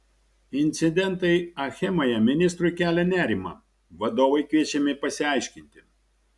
incidentai achemoje ministrui kelia nerimą vadovai kviečiami pasiaiškinti